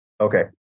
Okay